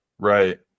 Right